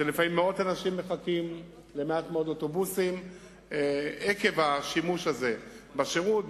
שלפעמים מאות אנשים מחכים למעט מאוד אוטובוסים עקב השימוש הזה בשירות,